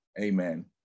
amen